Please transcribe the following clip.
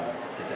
today